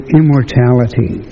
immortality